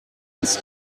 its